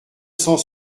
cent